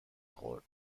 خورد